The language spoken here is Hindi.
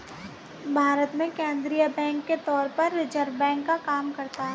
भारत में केंद्रीय बैंक के तौर पर रिज़र्व बैंक काम करता है